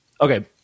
okay